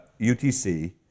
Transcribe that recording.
UTC